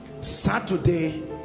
Saturday